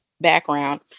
Background